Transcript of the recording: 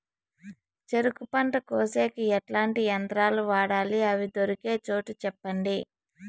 చెరుకు పంట కోసేకి ఎట్లాంటి యంత్రాలు వాడాలి? అవి దొరికే చోటు చెప్పండి?